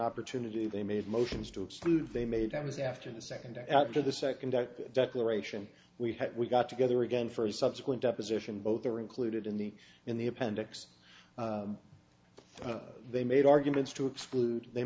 opportunity they made motions to exclude they made times after the second after the second declaration we had we got together again for a subsequent deposition both were included in the in the appendix they made arguments to exclude they